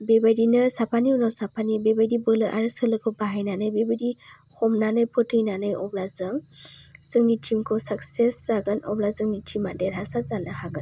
बेबायदिनो साफानि उनाव साफानि बेबायदि बोलो आरो सोलोखौ बाहायनानै बेबायदि हमनानै फोथैनानै अब्ला जों जोंनि टिम खौ साकसेस जागोन अब्ला जोंनि टिमा देरहासार जानो हागोन